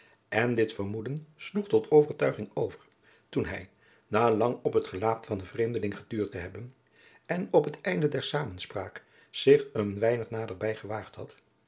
en dit vermoeden sloeg tot overtuiging over toen hij na lang op het gelaat van den vreemdeling getuurd te hebben jacob van lennep de pleegzoon en op het einde der samenspraak zich een weinig naderbij gewaagd had